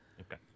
Okay